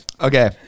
Okay